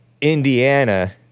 Indiana